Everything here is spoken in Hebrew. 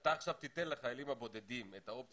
אתה עכשיו תיתן לחיילים הבודדים את האופציה